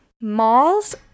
malls